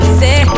say